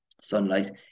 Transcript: sunlight